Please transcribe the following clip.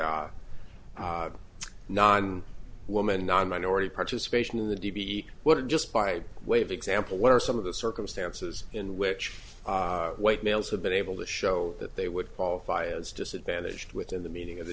the non woman non minority participation in the d v what just by way of example what are some of the circumstances in which white males have been able to show that they would qualify as disadvantaged within the meaning of the